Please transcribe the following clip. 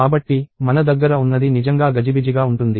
కాబట్టి మన దగ్గర ఉన్నది నిజంగా గజిబిజిగా ఉంటుంది